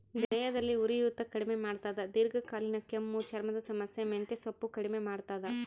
ದೇಹದಲ್ಲಿ ಉರಿಯೂತ ಕಡಿಮೆ ಮಾಡ್ತಾದ ದೀರ್ಘಕಾಲೀನ ಕೆಮ್ಮು ಚರ್ಮದ ಸಮಸ್ಯೆ ಮೆಂತೆಸೊಪ್ಪು ಕಡಿಮೆ ಮಾಡ್ತಾದ